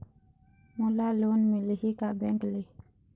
मोला लोन मिलही का बैंक ले?